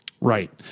Right